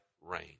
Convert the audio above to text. rain